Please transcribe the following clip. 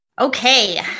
Okay